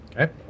Okay